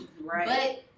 right